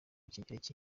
kigereki